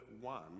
one